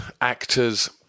actors